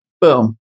Boom